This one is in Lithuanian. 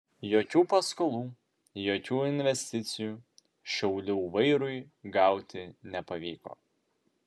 jokių paskolų jokių investicijų šiaulių vairui gauti nepavyko